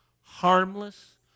harmless